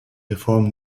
reform